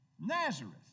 Nazareth